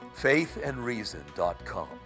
faithandreason.com